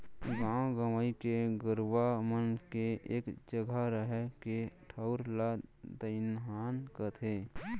गॉंव गंवई के गरूवा मन के एके जघा रहें के ठउर ला दइहान कथें